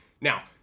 now